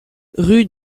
rue